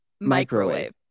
microwave